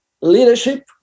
leadership